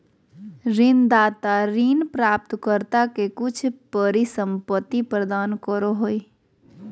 ऋणदाता ऋण प्राप्तकर्ता के कुछ परिसंपत्ति प्रदान करो हइ